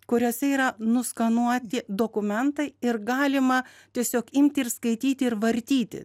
kuriuose yra nuskanuoti dokumentai ir galima tiesiog imti ir skaityti ir vartyti